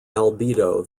albedo